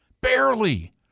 Barely